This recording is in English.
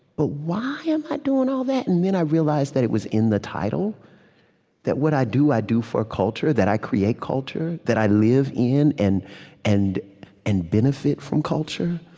but why am i doing all that? and then i realized that it was in the title that what i do, i do for culture that i create culture that i live in in and and benefit from culture,